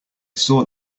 saw